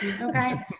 Okay